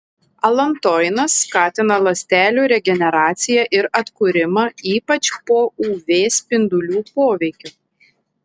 alantoinas skatina ląstelių regeneraciją ir atkūrimą ypač po uv spindulių poveikio